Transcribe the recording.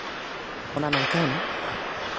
ᱚᱱᱟ ᱱᱚᱝᱠᱟᱭᱮᱱᱟ